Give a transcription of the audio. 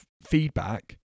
Feedback